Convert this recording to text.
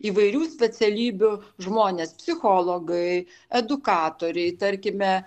įvairių specialybių žmonės psichologai edukatoriai tarkime